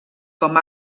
com